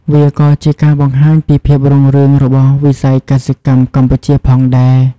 វាក៏ជាការបង្ហាញពីភាពរុងរឿងរបស់វិស័យកសិកម្មកម្ពុជាផងដែរ។